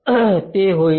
ते होईल